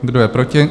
Kdo je proti?